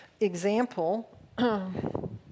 example